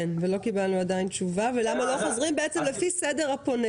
לנהל את התור זו תורה שלמה.